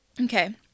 Okay